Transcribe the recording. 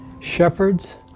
shepherds